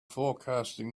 forecasting